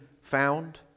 found